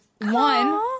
one